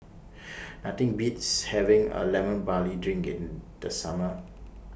Nothing Beats having A Lemon Barley Drinking in The Summer